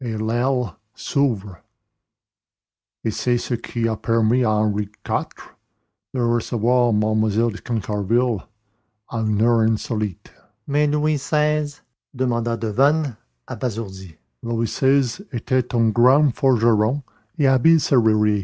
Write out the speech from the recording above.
s'ouvre et c'est ce qui a permis à henri iv de recevoir mlle de tancarville à une heure insolite mais louis xvi demanda devanne abasourdi louis xvi était grand forgeron et